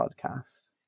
podcast